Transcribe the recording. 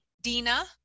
Dina